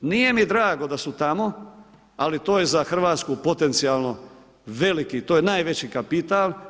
Nije mi drago da su tamo, ali to je za Hrvatsku potencijalno veliki, to je najveći kapital.